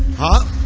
huh